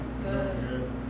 good